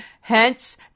hence